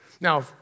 Now